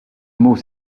mot